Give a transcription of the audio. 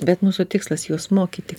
bet mūsų tikslas juos mokyti